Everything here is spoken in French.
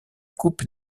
coupe